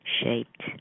shaped